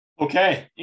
Okay